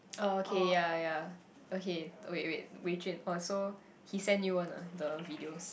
oh okay yea yea okay wait wait Wei-Jun oh so he send you one ah the videos